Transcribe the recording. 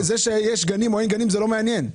שיש גני ילדים או לא, זה לא מעניין.